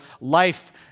life